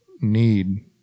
need